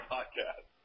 Podcast